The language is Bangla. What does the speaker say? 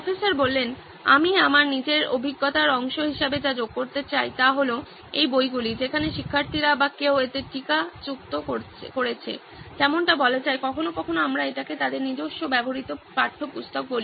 প্রফেসর আমি আমার নিজের অভিজ্ঞতার অংশ হিসেবে যা যোগ করতে চাই তা হল এই বইগুলি যেখানে শিক্ষার্থীরা বা কেউ এতে টীকাযুক্ত করেছে যেমনটা বলা যায় কখনও কখনও আমরা এটিকে তাদের নিজস্ব ব্যবহৃত পাঠ্যপুস্তক বলি